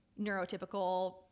neurotypical